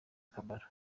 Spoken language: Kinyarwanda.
akamaro